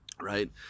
right